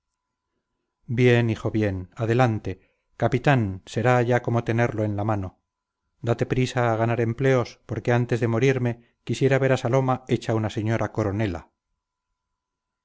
bien hijo bien adelante capitán será ya como tenerlo en la mano date prisa a ganar empleos porque antes de morirme quisiera ver a saloma hecha una señora coronela